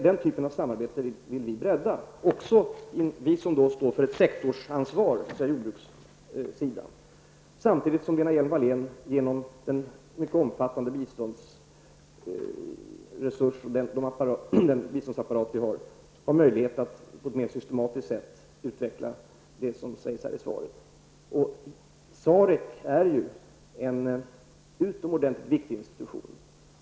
Den typen av samarbete vill även vi som står för ett sektorsansvar, dvs. Hjelm-Wallén genom den mycket omfattande biståndsapparat vi har på ett mer systematiskt sätt har möjlighet att utveckla det som nämns i svaret. SAREC är en utomordentligt viktig institution.